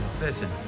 listen